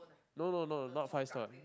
no no no not five stone